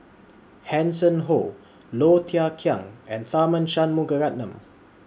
Hanson Ho Low Thia Khiang and Tharman Shanmugaratnam